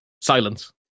silence